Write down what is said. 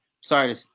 Sorry